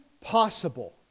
possible